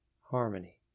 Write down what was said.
harmony